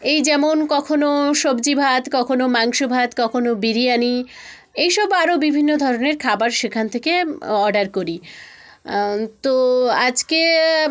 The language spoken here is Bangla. এই যেমন কখনো সবজি ভাত কখনো মাংস ভাত কখনো বিরিয়ানি এই সব আরও বিভিন্ন ধরনের খাবার সেখান থেকে অর্ডার করি তো আজকে